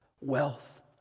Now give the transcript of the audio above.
Wealth